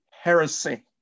heresy